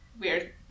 Weird